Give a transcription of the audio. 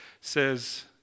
says